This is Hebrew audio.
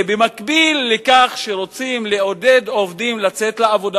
במקביל לכך שרוצים לעודד עובדים לצאת לעבודה,